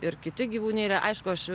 ir kiti gyvūnėliai aišku aš